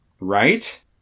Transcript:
Right